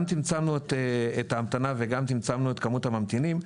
גם צמצמנו את ההמתנה וגם צמצמנו את כמות הממתינים.